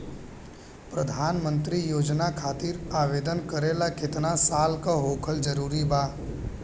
प्रधानमंत्री योजना खातिर आवेदन करे ला केतना साल क होखल जरूरी बा?